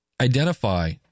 identify